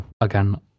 Again